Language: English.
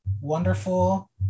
wonderful